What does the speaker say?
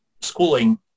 schooling